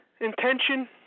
intention